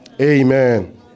Amen